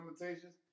limitations